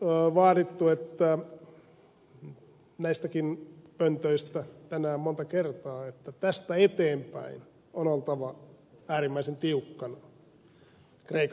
nyt on vaadittu näistäkin pöntöistä tänään monta kertaa että tästä eteenpäin on oltava äärimmäisen tiukkana kreikan suhteen